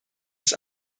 das